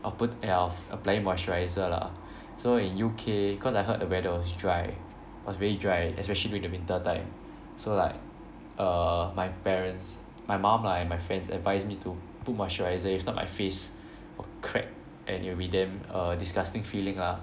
I'll put yeah of applying moisturiser lah so in U_K cause I heard the weather was dry was very dry especially during the winter time so like err my parents my mum lah and my friends advise me to put moisturizer if not my face will crack and it will be damn uh disgusting feeling lah